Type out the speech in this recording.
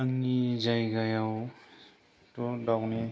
आंनि जायगायावथ' दाउनि